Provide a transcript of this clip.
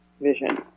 vision